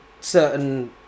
certain